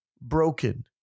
broken